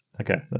okay